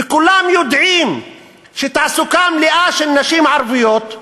וכולם יודעים שתעסוקה מלאה של נשים ערביות,